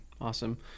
Awesome